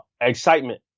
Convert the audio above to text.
Excitement